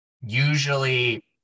usually